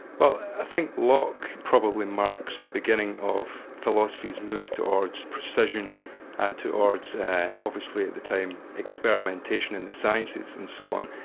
well, i think locke probably marks the beginning of philosophy's move towards precision and towards obviously at the time, experimentation in the sciences and so on.